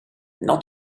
not